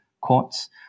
courts